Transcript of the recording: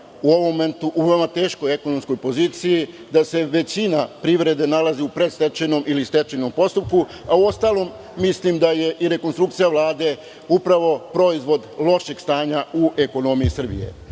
u ovom momentu u veoma teškoj ekonomskoj poziciji, da se većina privrede nalazi u predstečajnom ili stečajnom postupku, uostalom mislim da je i rekonstrukcija Vlade upravo proizvod lošeg stanja u ekonomiji Srbije. Ne